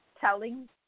telling